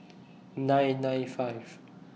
nine nine five